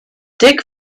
dick